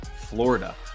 Florida